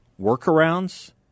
Workarounds